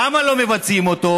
למה לא מבצעים אותו?